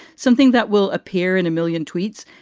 something that will appear in a million tweets?